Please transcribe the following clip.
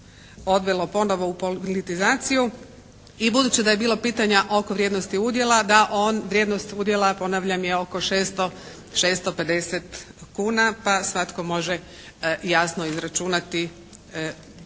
odvelo ponovo u politizaciju i budući da je bilo pitanja oko vrijednosti udjela, da on, vrijednost udjela ponavljam je oko 650 kuna pa svatko može jasno izračunati govorim